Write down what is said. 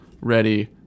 ready